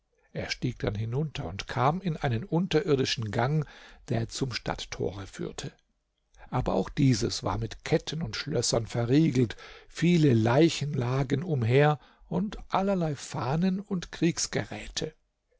er stieg dann hinunter und kam in einen unterirdischen gang der zum stadttore führte aber auch dieses war mit ketten und schlössern verriegelt viele leichen lagen umher und allerlei fahnen und kriegsgeräte